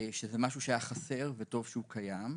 שזה דבר שהיה חסר וטוב שהוא קיים.